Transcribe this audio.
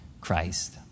Christ